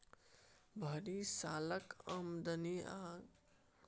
भरि सालक आमदनी आ खरचा आधार पर लोक लोन सेहो लैतै